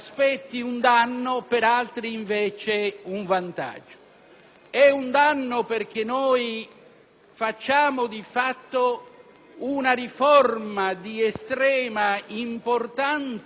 È un danno perché noi facciamo di fatto una riforma di estrema importanza con uno strumento legislativo